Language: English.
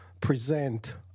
present